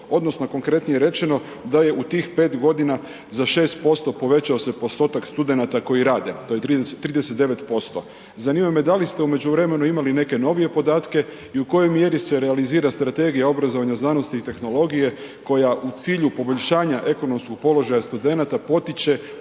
odnosno konkretnije rečeno da je u tih 5.g. za 6% povećao se postotak studenata koji rade, to je 39%. Zanima me da li ste u međuvremenu imali neke novije podatke i u kojoj mjeri se realizira strategija obrazovanja, znanosti i tehnologije koja u cilju poboljšanja ekonomskog položaja studenata potiče